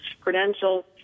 credentials